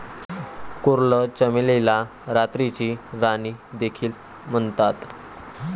coral चमेलीला रात्रीची राणी देखील म्हणतात